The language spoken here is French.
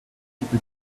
petit